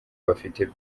bafite